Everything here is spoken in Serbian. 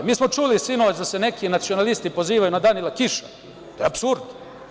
Sinoć smo čuli da se neki nacionalisti pozivaju na Danila Kiša, to je apsurd.